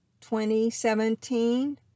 2017